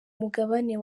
mugabane